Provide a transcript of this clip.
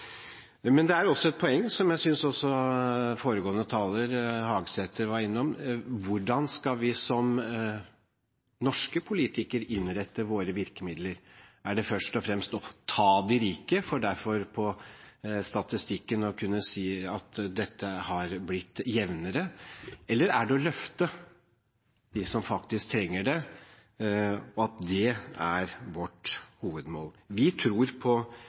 Men det er også et poeng, som foregående taler Hagesæter var innom, hvordan skal vi som norske politikere innrette våre virkemidler? Er det først og fremst å ta de rike for derfor å kunne se på statistikken at dette har blitt jevnere, eller er det å løfte de som faktisk trenger det, og at det er vårt hovedmål? Vi tror på